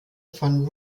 von